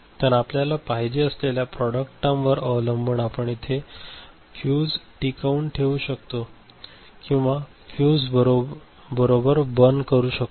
तर आपल्याला पाहिजे असलेल्या प्रॉडक्ट टर्मवर अवलंबून आपण इथे फ्यूज टिकवून ठेवू शकतो किंवा फ्यूज बरोबर बर्न करू शकतो